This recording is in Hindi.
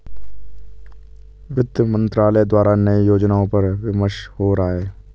वित्त मंत्रालय द्वारा नए योजनाओं पर विमर्श हो रहा है